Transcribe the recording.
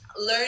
learn